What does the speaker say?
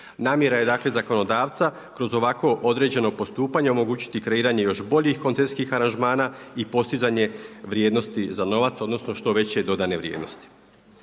Namjera je dakle zakonodavca kroz ovako određeno postupanje omogućiti kreiranje još boljih koncesijskih aranžmana i postizanje vrijednosti za novac odnosno što veće dodane vrijednosti.